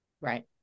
Right